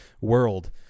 world